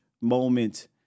moment